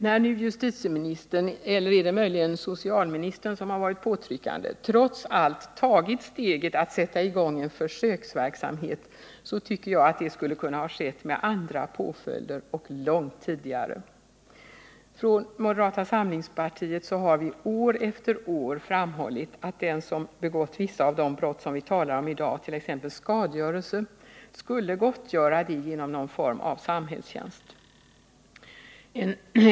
När nu justitieministern — eller är det möjligen socialministern som har varit påtryckande? — trots allt tagit steget att sätta i gång en försöksverksamhet, så tycker jag att det skulle ha kunnat ske med helt andra påföljder och långt tidigare. Från moderata samlingspartiet har vi år efter år framhållit att den som begått vissa av de brott som vi talar om i dag, t.ex. skadegörelse, skulle gottgöra det genom någon form av samhällstjänst.